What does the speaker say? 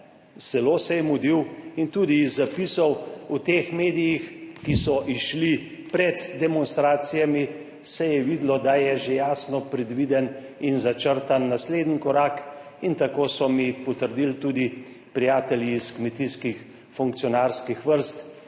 zelo se je mudil in tudi iz zapisov v teh medijih, ki so izšli pred demonstracijami, se je videlo, da je že jasno predviden in začrtan naslednji korak in tako so mi potrdili tudi prijatelji iz kmetijskih funkcionarskih vrst,